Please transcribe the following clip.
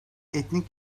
etnik